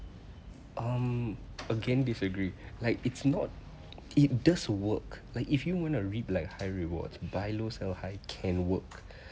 um again disagree like it's not it does work like if you wanna reap like high rewards buy low sell high can work